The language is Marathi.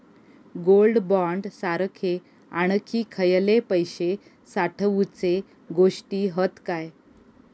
गोल्ड बॉण्ड सारखे आणखी खयले पैशे साठवूचे गोष्टी हत काय?